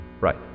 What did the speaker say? Right